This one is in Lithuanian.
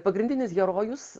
pagrindinis herojus